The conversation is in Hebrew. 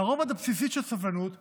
הרובד הבסיסי של סובלנות הוא,